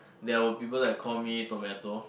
there are will people like called me tomato